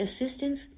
assistance